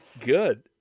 good